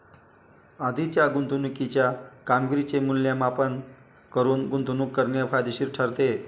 आधीच्या गुंतवणुकीच्या कामगिरीचे मूल्यमापन करून गुंतवणूक करणे फायदेशीर ठरते